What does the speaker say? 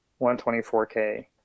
124K